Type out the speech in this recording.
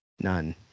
none